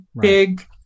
big